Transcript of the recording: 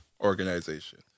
organization